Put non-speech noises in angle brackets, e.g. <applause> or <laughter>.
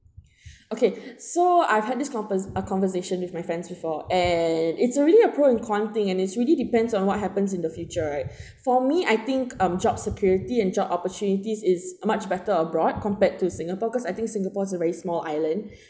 <breath> okay so I've had this conver~ uh conversation with my friends before and it's really a pro and con thing and it's really depends on what happens in the future right <breath> for me I think um job security and job opportunities is much better abroad compared to singapore because I think singapore is a very small island <breath>